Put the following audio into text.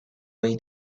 way